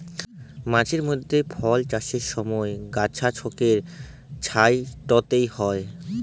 মাঝে মইধ্যে ফল চাষের ছময় গাহাচকে ছাঁইটতে হ্যয়